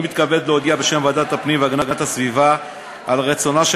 אני מתכבד להודיע בשם ועדת הפנים והגנת הסביבה על רצונה של